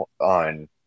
on